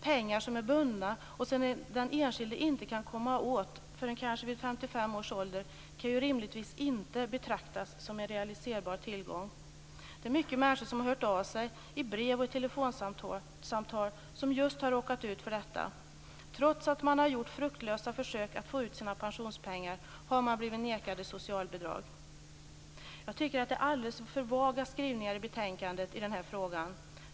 Pengar som är bundna och som den enskilde inte kan komma åt förrän kanske vid 55 års ålder kan rimligtvis inte betraktas som en realiserbar tillgång. Många av dem som råkat ut för detta har hört av sig via brev och telefonsamtal. Trots fruktlösa försök att få ut sina pensionspengar har man blivit nekad socialbidrag. Jag tycker att skrivningarna i betänkandet är alldeles för vaga när det gäller den här frågan.